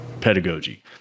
pedagogy